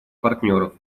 партнеров